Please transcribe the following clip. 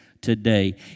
today